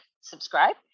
subscribe